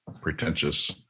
pretentious